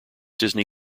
disney